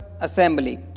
Assembly